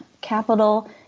capital